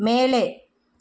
மேலே